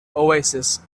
oasis